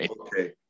Okay